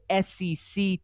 SEC